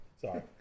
Sorry